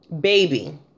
baby